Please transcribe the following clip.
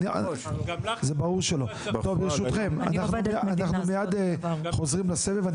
טוב ברשותכם, אנחנו מיד חוזרים לסבב.